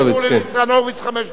יינתנו לניצן הורוביץ חמש דקות.